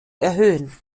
erhöhen